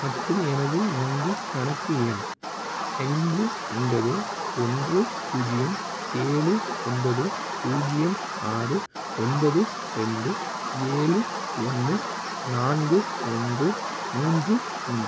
மற்றும் எனது வங்கிக் கணக்கு எண் ஐந்து ஒன்பது ஒன்று பூஜ்ஜியம் ஏழு ஒன்பது பூஜ்ஜியம் ஆறு ஒன்பது ரெண்டு ஏழு ஒன்று நான்கு ஒன்று மூன்று மூன்